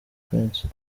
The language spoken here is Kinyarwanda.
prince